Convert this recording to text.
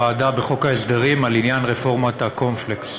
הוועדה בחוק ההסדרים על עניין רפורמת הקורנפלקס.